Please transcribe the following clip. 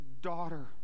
daughter